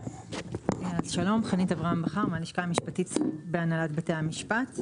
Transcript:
שלום, אני מהלשכה המשפטית בהנהלת בתי המשפט.